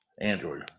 Android